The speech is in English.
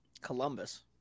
Columbus